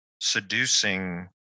seducing